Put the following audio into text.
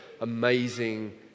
amazing